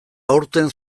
aurten